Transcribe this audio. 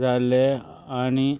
जाले आनी